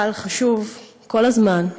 אבל חשוב, כל הזמן,